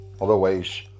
Otherwise